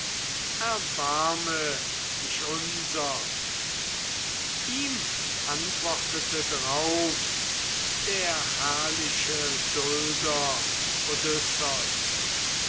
erbarme dich unser ihm antwortete drauf der herrliche dulder